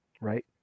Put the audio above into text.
Right